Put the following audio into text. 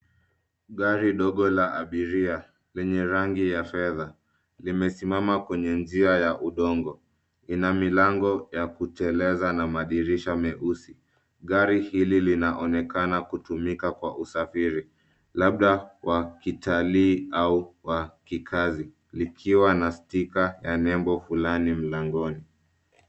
Gari ndogo la abiria lenye rangi ya fedha, limesimama kwenye njia ya udongo lina milango ya kuteleza na madirisha meusi. Gari hili linaonekana kutumika kwa usafiri, labda wa kitalii au wa kikazi likiwa na stika ya nembo fulani mlangoni.